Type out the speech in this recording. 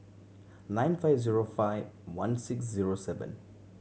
nine five zero five one six zero seven